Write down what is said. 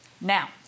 Now